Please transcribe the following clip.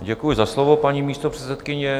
Děkuji za slovo, paní místopředsedkyně.